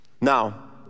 Now